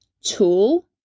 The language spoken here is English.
tool